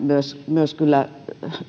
myös kyllä